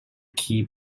key